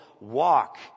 walk